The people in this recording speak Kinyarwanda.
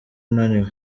unaniwe